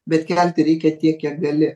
bet kelti reikia tiek kiek gali